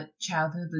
childhood